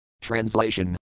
Translation